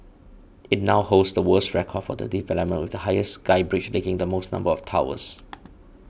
it now holds the world's record for the development with the highest sky bridge linking the most number of towers